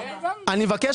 אני מבקש,